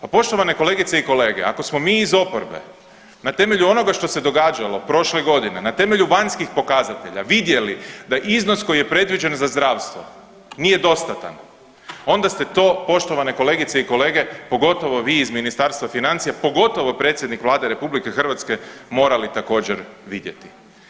Pa poštovane kolegice i kolege ako smo mi iz oporbe na temelju onoga što se događalo prošle godine, na temelju vanjskih pokazatelja vidjeli da iznos koji je predviđen za zdravstvo nije dostatan onda ste to poštovane kolegice i kolege pogotovo vi iz Ministarstva financija, pogotovo predsjednik Vlade RH morali također vidjeti.